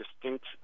distinct